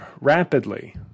rapidly